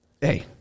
Hey